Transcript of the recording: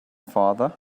father